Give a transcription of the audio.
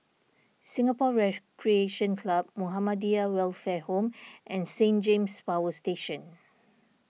Singapore Recreation Club Muhammadiyah Welfare Home and Saint James Power Station